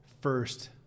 first